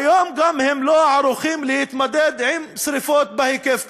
היום הם לא ערוכים להתמודד עם שרפות בהיקף כזה.